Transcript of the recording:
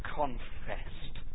confessed